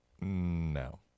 No